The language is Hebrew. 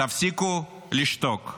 תפסיקו לשתוק.